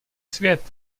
svět